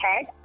head